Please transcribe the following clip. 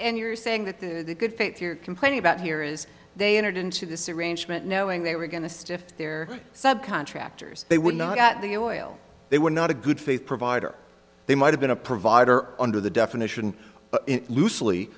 and you're saying that the good faith you're complaining about here is they entered into the syringe meant knowing they were going to stiff their subcontractors they would not get the oil they were not a good faith provider they might have been a provider under the definition loosely